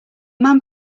man